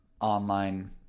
online